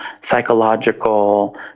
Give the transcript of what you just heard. psychological